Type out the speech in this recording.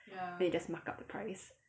then you just mark up the price